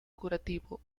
curativo